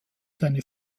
seine